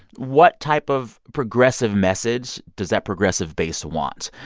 what type of progressive message does that progressive base want?